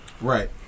Right